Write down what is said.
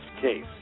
case